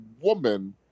woman